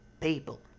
people